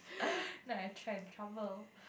now I try and trouble